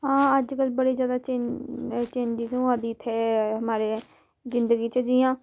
अज्जकल बड़ी ज्य़ादा चेंज चेंजिंग होऐ दी इत्थै हमारे जिंदगी च जियां